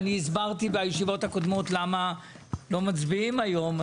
אני הסברתי בישיבות הקודמות למה לא מצביעים היום.